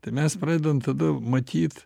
tai mes pradedam tada matyt